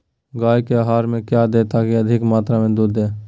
गाय को आहार में क्या दे ताकि अधिक मात्रा मे दूध दे?